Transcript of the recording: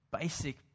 basic